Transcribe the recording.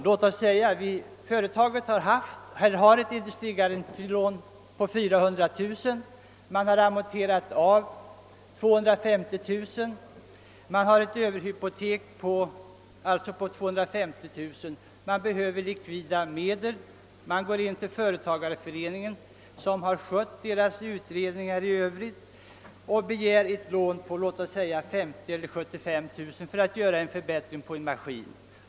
Men om samma företag i stället hade ett industrigarantilån på 400 000 kronor och hade amorterat 250 000, sålunda ett överhypotek på 250 000 kronor, kunde man inte vid behov av likvida medel gå till företagareföreningen som skött företagets lån i övrigt och begära ett lån på 50 000 eller 75 000 kronor för att förbättra en maskin.